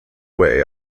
way